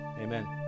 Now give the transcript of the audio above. amen